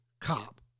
cop